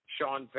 Sean